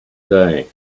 day